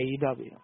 AEW